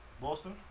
Boston